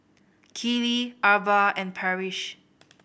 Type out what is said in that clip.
Keeley Arba and Parrish